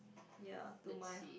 ya to my